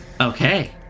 Okay